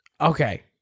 Okay